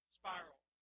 spiral